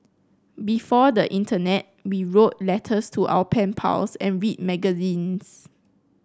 before the Internet we wrote letters to our pen pals and read magazines